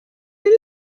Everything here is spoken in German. will